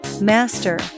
Master